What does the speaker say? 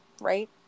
right